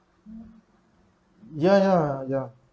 ya ya ya